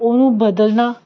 ਉਹਨੂੰ ਬਦਲਣਾ